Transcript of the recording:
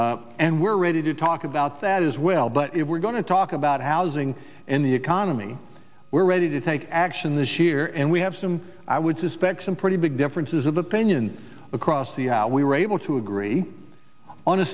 housing and we're ready to talk about that as well but if we're going to talk about housing and the economy we're ready to take action this year and we have some i would suspect some pretty big differences of opinion across the aisle we were able to agree on a